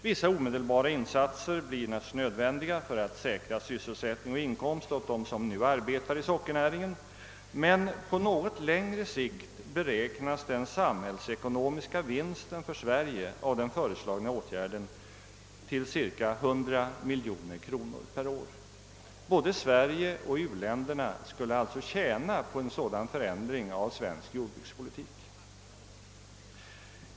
Vissa omedelbara insatser blir naturligtvis nödvändiga för att säkra sysselsättning och inkomst åt dem som nu arbetar i sockernäringen, men på längre sikt beräknas den samhällsekonomiska vinsten för Sverige av den föreslagna åtgärden till cirka 100 miljoner kronor per år. Både Sverige och u-länderna skulle alltså tjäna på en sådan förändring av svensk jordbrukspolitik.